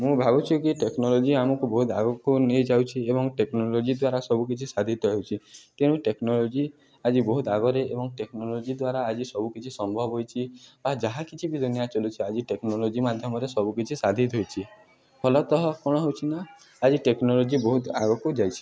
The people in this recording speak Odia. ମୁଁ ଭାବୁଛି କି ଟେକ୍ନୋଲୋଜି ଆମକୁ ବହୁତ ଆଗକୁ ନେଇଯାଉଛି ଏବଂ ଟେକ୍ନୋଲୋଜି ଦ୍ୱାରା ସବୁକିଛି ସାଧିତ ହେଉଛି ତେଣୁ ଟେକ୍ନୋଲୋଜି ଆଜି ବହୁତ ଆଗରେ ଏବଂ ଟେକ୍ନୋଲୋଜି ଦ୍ୱାରା ଆଜି ସବୁକିଛି ସମ୍ଭବ ହୋଇଛି ବା ଯାହା କିଛି ବି ଦୁନିଆ ଚଲୁଛିି ଆଜି ଟେକ୍ନୋଲୋଜି ମାଧ୍ୟମରେ ସବୁ କିଛି ସାଧିତ ହୋଇଛି ଫଳତଃ କ'ଣ ହେଉଛି ନା ଆଜି ଟେକ୍ନୋଲୋଜି ବହୁତ ଆଗକୁ ଯାଇଛି